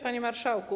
Panie Marszałku!